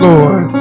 Lord